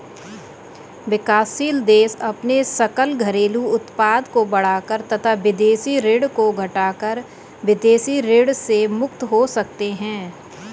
विकासशील देश अपने सकल घरेलू उत्पाद को बढ़ाकर तथा विदेशी ऋण को घटाकर विदेशी ऋण से मुक्त हो सकते हैं